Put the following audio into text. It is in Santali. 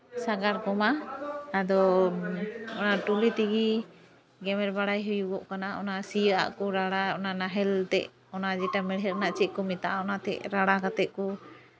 ᱥᱟᱜᱟᱲ ᱠᱚᱢᱟ ᱟᱫᱚ ᱚᱱᱟ ᱴᱚᱞᱤ ᱛᱮᱜᱮ ᱜᱮᱢᱮᱨ ᱵᱟᱲᱟᱭ ᱦᱩᱭᱩᱜᱚᱜ ᱠᱟᱱᱟ ᱚᱱᱟ ᱥᱤᱭᱚᱜᱼᱟᱸᱜ ᱠᱚ ᱨᱟᱲᱟ ᱱᱟᱦᱮᱞ ᱛᱮ ᱚᱱᱟ ᱡᱮᱴᱟ ᱢᱮᱲᱦᱮᱫ ᱨᱮᱱᱟᱜ ᱪᱮᱫ ᱠᱚ ᱢᱮᱛᱟᱜᱼᱟ ᱚᱱᱟᱛᱮᱫ ᱨᱟᱲᱟ ᱠᱟᱛᱮᱫ ᱠᱚ